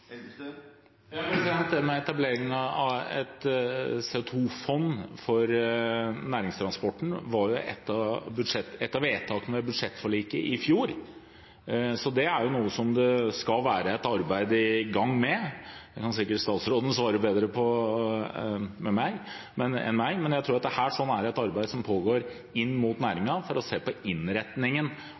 av et CO 2 -fond for næringstransporten var et av vedtakene ved budsjettforliket i fjor, så det skal det være i gang et arbeid med. Det kan sikkert statsråden svare bedre på enn meg, men jeg tror at det pågår et arbeid inn mot næringen for å se på innretningen